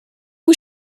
was